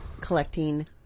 collecting